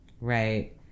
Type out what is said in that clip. Right